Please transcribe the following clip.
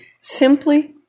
simply